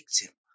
victim